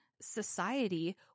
society